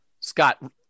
Scott